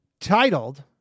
titled